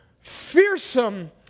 fearsome